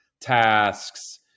tasks